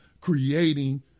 creating